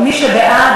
מי שבעד,